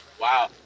wow